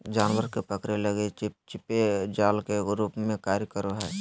जानवर के पकड़े लगी चिपचिपे जाल के रूप में कार्य करो हइ